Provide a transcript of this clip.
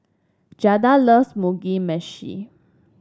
Jada loves Mugi Meshi